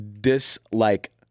dislike